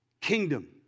kingdom